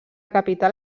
capital